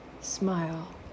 smile